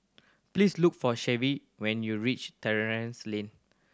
please look for Shay when you reach Terrasse Lane